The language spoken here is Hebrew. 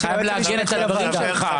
אתה חייב לעגן את הדברים שלך.